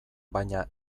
baina